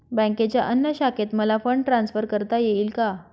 बँकेच्या अन्य शाखेत मला फंड ट्रान्सफर करता येईल का?